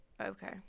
Okay